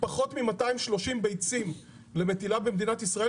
פחות מ-230 ביצים למטילה במדינת ישראל,